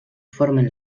formen